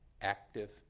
active